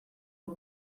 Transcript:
nhw